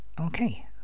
Okay